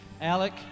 Alec